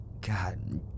God